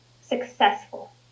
successful